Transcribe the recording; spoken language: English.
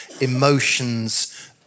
emotions